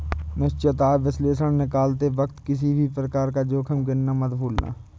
निश्चित आय विश्लेषण निकालते वक्त किसी भी प्रकार का जोखिम गिनना मत भूलना